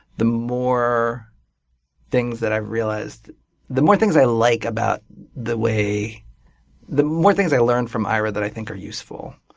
the more things that i've realized the more things i like about the way the more things i learned from ira that i think are useful,